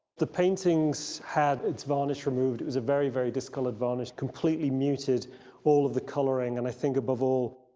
the painting's has had its varnish removed. it was a very, very discolored varnish, completely muted all of the coloring and i think above all,